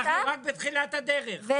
אנחנו רק בתחילת הדרך.